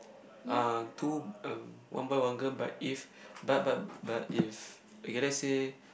uh two um one boy one girl but if but but but if okay let's say